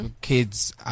kids